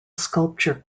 sculpture